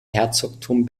herzogtum